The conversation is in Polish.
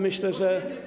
Myślę, że.